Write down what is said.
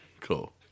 Cool